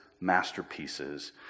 masterpieces